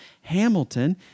Hamilton